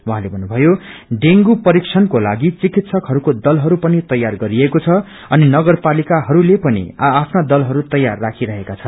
उहाँले भन्नुभयो डेंगू परीक्षणकोलागि चिकित्सकहरूको दलहरू पनि तयार गरिएको छ अनि नगरपालिकाहस्ले पनि आ आफ्ना दलहरू तयार राखिरहेका छन्